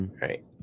right